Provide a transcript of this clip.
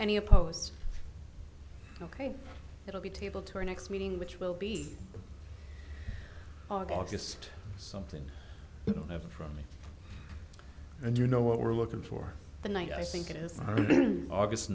any opposed it will be table to our next meeting which will be just something from me and you know what we're looking for the night i think it is august